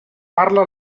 parla